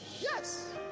Yes